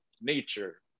nature